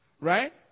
Right